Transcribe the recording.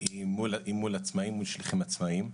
מול שליחים עצמאים.